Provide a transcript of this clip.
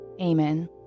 Amen